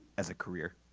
as a career?